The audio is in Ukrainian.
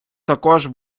також